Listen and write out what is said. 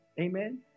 amen